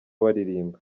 baririmba